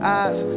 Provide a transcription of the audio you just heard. eyes